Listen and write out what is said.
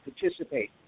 participate